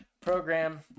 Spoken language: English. program